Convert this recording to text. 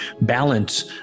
balance